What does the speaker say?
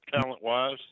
Talent-wise